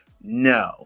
No